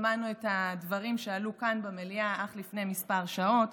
שמענו את הדברים שעלו כאן במליאה אך לפני כמה שעות.